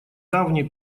давний